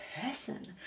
person